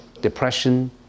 depression